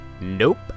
Nope